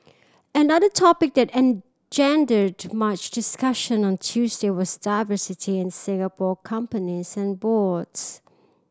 another topic that engendered much discussion on Tuesday was diversity in Singapore companies and boards